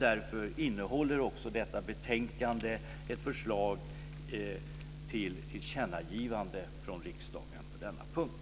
Därför innehåller också detta betänkande ett förslag till tillkännagivande från riksdagen på denna punkt.